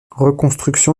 reconstruction